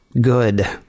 good